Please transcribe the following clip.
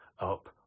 up